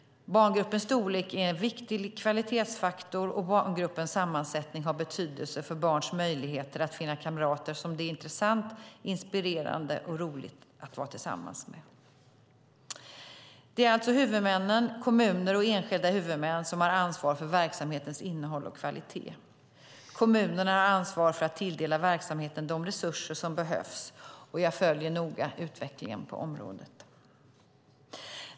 Barngruppens storlek är en viktig kvalitetsfaktor, och barngruppens sammansättning har betydelse för barns möjlighet att finna kamrater som det är intressant, inspirerande och roligt att vara tillsammans med. Det är alltså huvudmännen - kommuner och enskilda huvudmän - som har ansvar för verksamhetens innehåll och kvalitet. Kommunerna har ansvar för att tilldela verksamheten de resurser som behövs. Jag följer noga utvecklingen på området.